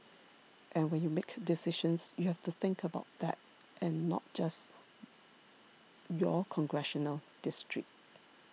and when you make decisions you have to think about that and not just your congressional district